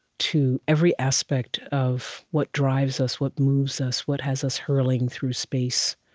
to every aspect of what drives us, what moves us, what has us hurtling through space,